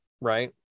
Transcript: right